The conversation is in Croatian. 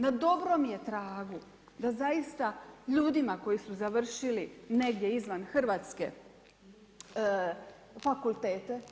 Na dobrom je tragu da zaista ljudima koji su završili negdje izvan RH fakultete.